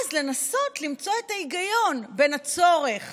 ואז לנסות למצוא את ההיגיון בין הצורך